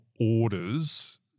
orders